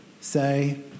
say